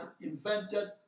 invented